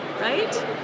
Right